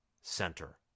center